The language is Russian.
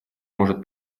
может